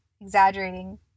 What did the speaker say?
exaggerating